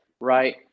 right